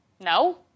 No